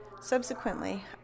subsequently